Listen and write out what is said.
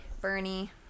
bernie